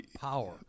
power